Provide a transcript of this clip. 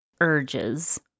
urges